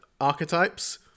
archetypes